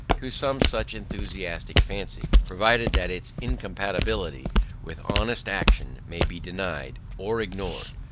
to some such enthusiastic fancy, provided that its incompatibility with honest action may be denied or ignored.